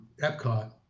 Epcot